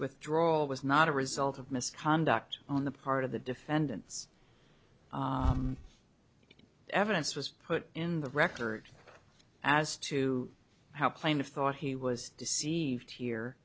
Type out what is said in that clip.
withdrawal was not a result of misconduct on the part of the defendant's evidence was put in the record as to how plaintiff thought he was deceived